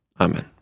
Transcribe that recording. Amen